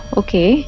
okay